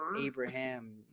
Abraham